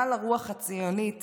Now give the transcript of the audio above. מה לרוח הציונית